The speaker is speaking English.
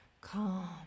Calm